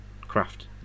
craft